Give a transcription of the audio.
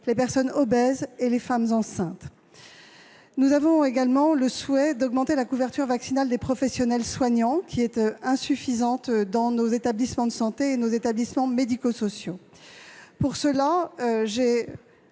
les personnes obèses et les femmes enceintes. Nous avons également le souhait d'augmenter la couverture vaccinale des professionnels soignants ; cette couverture est insuffisante dans nos établissements de santé et nos établissements médico-sociaux. À cette fin, j'ai